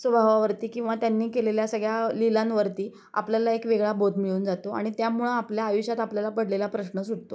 स्वभावावरती किंवा त्यांनी केलेल्या सगळ्या लीलांवरती आपल्याला एक वेगळा बोध मिळून जातो आणि त्यामुळं आपल्या आयुष्यात आपल्याला पडलेला प्रश्न सुटतो